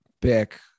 pick